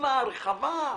בפרספקטיבה הרחבה.